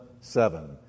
seven